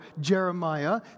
Jeremiah